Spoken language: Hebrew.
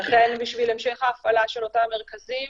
לכן בשביל המשך ההפעלה של אותם מרכזים